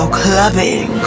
clubbing